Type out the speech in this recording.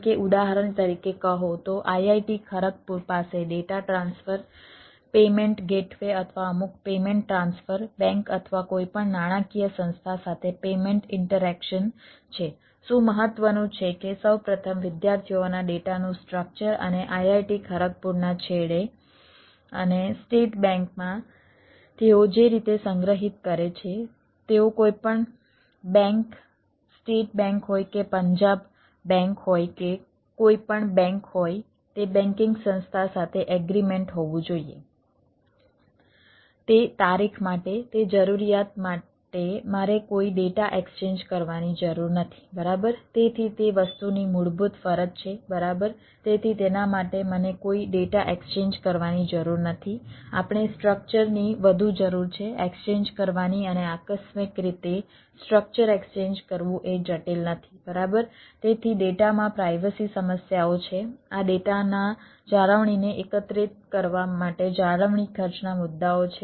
તે તારીખ માટે તે જરૂરિયાત માટે મારે કોઈ ડેટા એક્સચેન્જ સમસ્યાઓ છે આ ડેટાના જાળવણીને એકત્રિત કરવા માટે જાળવણી ખર્ચના મુદ્દાઓ છે